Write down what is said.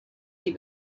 die